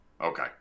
Okay